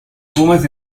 pumas